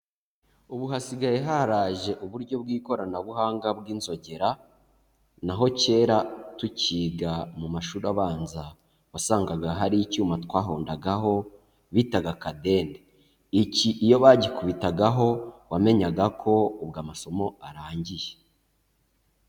Ubu hasigaye haraje uburyo bw'ikoranabuhanga bw'inzogera, naho kera tukiga mu mashuri abanza wasangaga hari icyuma twahondagaho bitaga kadende. Iki iyo bagikubitagaho wamenyaga ko ubwo amasomo arangiye.